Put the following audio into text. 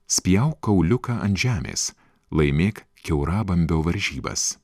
spjauk kauliuką ant žemės laimėk varžybas